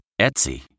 Etsy